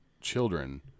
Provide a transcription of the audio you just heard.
children